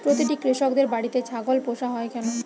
প্রতিটি কৃষকদের বাড়িতে ছাগল পোষা হয় কেন?